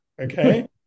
Okay